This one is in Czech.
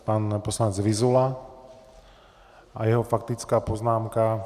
Pan poslanec Vyzula a jeho faktická poznámka.